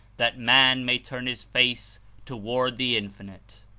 that man may turn his face toward the infinite.